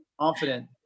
confident